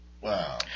Wow